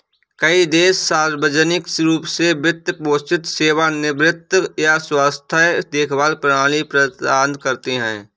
कई देश सार्वजनिक रूप से वित्त पोषित सेवानिवृत्ति या स्वास्थ्य देखभाल प्रणाली प्रदान करते है